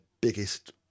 biggest